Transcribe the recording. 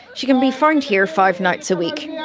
she can be found here five nights a week.